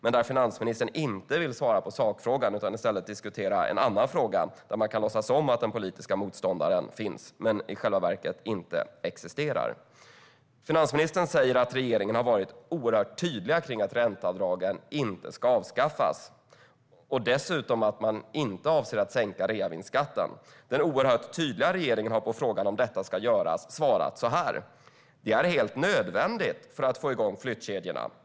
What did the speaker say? Eftersom finansministern inte vill svara på sakfrågan diskuterar hon i stället en annan fråga där hon låtsas att en politisk motståndare finns som i själva verket inte existerar. Finansministern säger att regeringen har varit oerhört tydlig med att ränteavdragen inte ska avskaffas och att man inte avser att sänka reavinstskatten. Den oerhört tydliga regeringen har på frågan om detta ska göras svarat: Det är helt nödvändigt för att få igång flyttkedjorna.